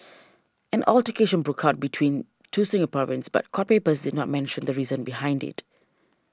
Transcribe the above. an altercation broke out between two Singaporeans but court papers did not mentioned the reason behind it